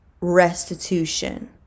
restitution